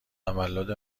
تولد